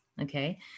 Okay